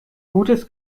gutes